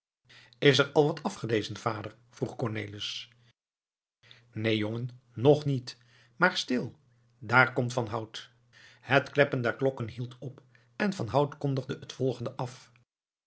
is er al wat afgelezen vader vroeg cornelis neen jongen nog niet maar stil daar komt van hout het kleppen der klok hield op en van hout kondigde het volgende af